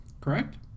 correct